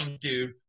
dude